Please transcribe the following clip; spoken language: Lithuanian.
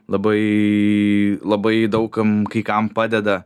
labai labai daug kam kai kam padeda